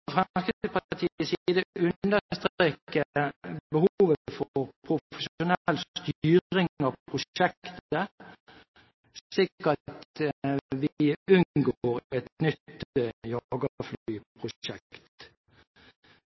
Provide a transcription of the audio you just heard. behovet for profesjonell styring av prosjektet, slik at vi unngår et nytt